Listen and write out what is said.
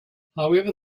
however